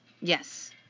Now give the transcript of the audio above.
Yes